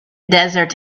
desert